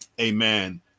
amen